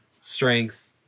strength